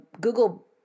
Google